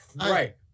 Right